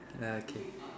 okay